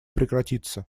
прекратиться